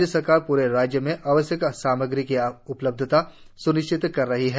राज्य सरकार प्रे राज्य में आवश्यक सामग्री की उपल्बधता स्निश्चित करा रही है